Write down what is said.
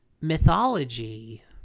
mythology